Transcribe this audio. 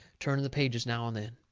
turning the pages now and then.